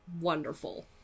wonderful